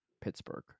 pittsburgh